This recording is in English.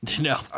No